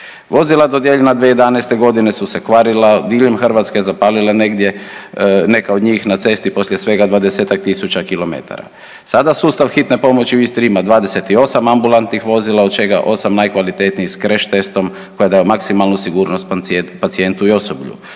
Vozila dodijeljena 2011. godine su se kvarila, diljem Hrvatske zapalila negdje neka od njih na cesti poslije svega 20-tak tisuća km. Sada sustav hitne pomoći u Istri ima 28 ambulantnih vozila od čega 8 najkvalitetnijih s kreš-testom koja daju maksimalnu sigurnost pacijentu i osoblju.